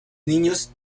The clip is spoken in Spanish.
niños